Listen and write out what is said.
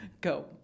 Go